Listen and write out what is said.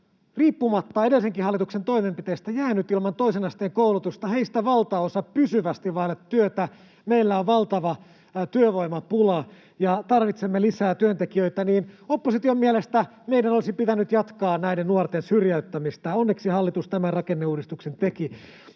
riippumatta edellisenkin hallituksen toimenpiteistä, jäänyt ilman toisen asteen koulutusta, heistä valtaosa pysyvästi vaille työtä. Meillä on valtava työvoimapula, tarvitsemme lisää työntekijöitä, ja opposition mielestä meidän olisi pitänyt jatkaa näiden nuorten syrjäyttämistä. Onneksi hallitus teki tämän rakenneuudistuksen.